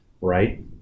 right